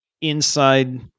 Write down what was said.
inside